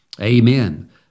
Amen